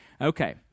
Okay